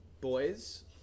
boys